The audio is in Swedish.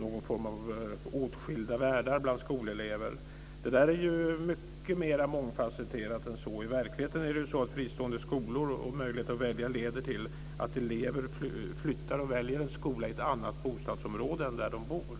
någon form av åtskilda världar bland skolelever. Det är mycket mer mångfasetterat än så. I verkligheten leder fristående skolor och möjligheten att välja till att elever flyttar och väljer en skola i ett annat bostadsområde än de bor.